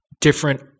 different